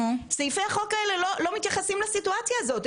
סעיפי החוק האלה לא מתייחסים לסיטואציה הזאת.